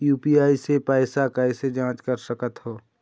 UPI से पैसा कैसे जाँच कर सकत हो?